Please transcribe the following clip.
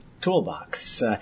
Toolbox